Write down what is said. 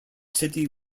city